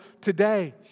today